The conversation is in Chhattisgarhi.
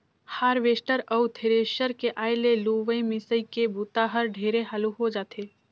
हारवेस्टर अउ थेरेसर के आए ले लुवई, मिंसई के बूता हर ढेरे हालू हो जाथे